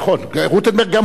רוטנברג גם הוא מופיע.